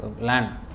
land